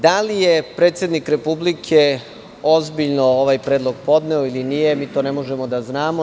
Da li je predsednik Republike ozbiljno ovaj predlog podneo ili nije, mi to ne možemo da znamo.